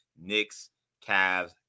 Knicks-Cavs